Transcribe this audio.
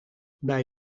bij